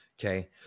okay